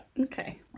Okay